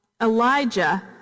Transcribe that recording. Elijah